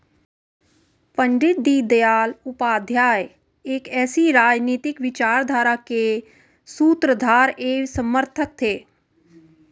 पण्डित दीनदयाल उपाध्याय एक ऐसी राजनीतिक विचारधारा के सूत्रधार एवं समर्थक थे